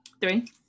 Three